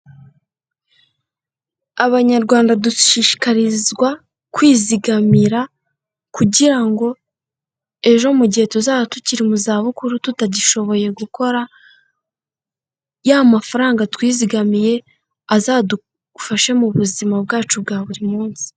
Abanyarwanda dushishikarizwa kwizigamira kugira ngo ejo mu gihe tuzaba tukiri mu zabukuru tutagishoboye gukora, y'amafaranga twizigamiye, azadufashe mu buzima bwacu bwa buri munsi.